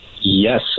Yes